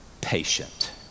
patient